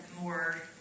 more